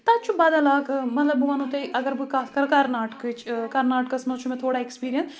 تَتہِ چھُ بَدل اَکھ مطلب بہٕ وَنو تۄہہِ اَگر بہٕ کَتھ کَرٕ کَرناٹکٕہٕچ کَرناٹکاہَس منٛز چھُ مےٚ تُھوڑا اؠکٕسپیٖریَن